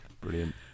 Brilliant